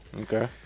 Okay